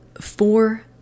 four